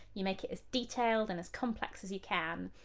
you make it as detailed and as complex as you can,